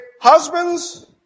husbands